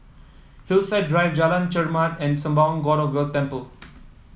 Hillside Drive Jalan Chermat and Sembawang God of Wealth Temple